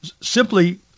simply